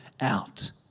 out